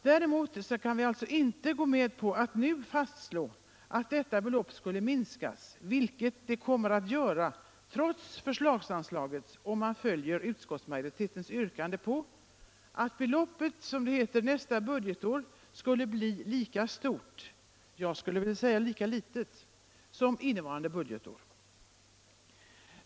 Däremot kan vi inte gå med på att nu fastslå att detta belopp skulle minskas, vilket det kommer att göra trots förslagsanslaget om man följer utskottsmajoritetens yrkande på att beloppet nästa budgetår skulle bli lika stort — jag skulle vilja säga lika litet — som innevarande budgetår.